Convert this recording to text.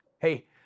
hey